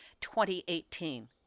2018